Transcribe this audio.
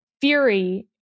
fury